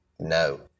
no